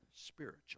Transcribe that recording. spiritual